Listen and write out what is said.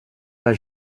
pas